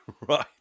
right